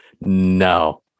No